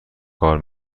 کار